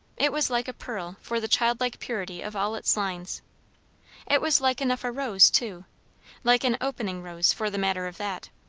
it was like a pearl, for the childlike purity of all its lines it was like enough a rose, too like an opening rose, for the matter of that.